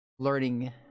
learning